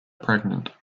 pregnant